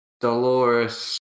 Dolores